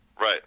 Right